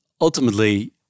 ultimately